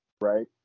Right